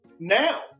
Now